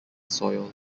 soil